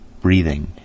breathing